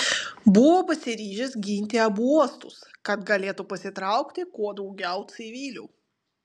buvo pasiryžęs ginti abu uostus kad galėtų pasitraukti kuo daugiau civilių